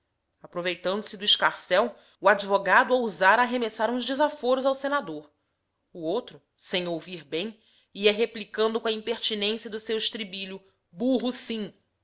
aproveitando-se do escarcéu o advogado ousara arremessar uns desaforos ao senador o outro sem ouvir bem ia replicando com a impertinência do seu estribilho burro sim